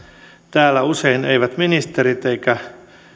täällä usein eivät ministerit eivätkä